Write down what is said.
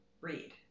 read